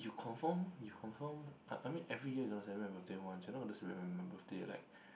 you confirm you confirm I I mean every year you don't celebrate my birthday one sometimes you don't remember my birthday like